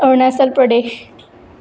Arunachal Pradesh